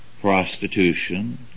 prostitution